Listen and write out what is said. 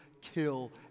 kill